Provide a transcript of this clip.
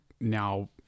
now